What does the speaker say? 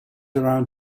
around